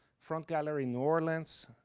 front gallery new orleans,